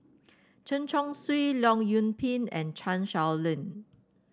Chen Chong Swee Leong Yoon Pin and Chan Sow Lin